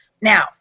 Now